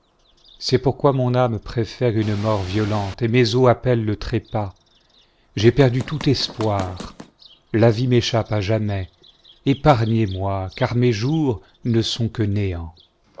c'est pourquoi mon âme préfère une mort violente et mes os appellent le trépas j'ai perdu tout espoir la vie m'échappe tï jamais ei argnez-moi car mes jours ne sont que néant